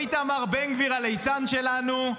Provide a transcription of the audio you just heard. או איתמר בן גביר, הליצן שלנו,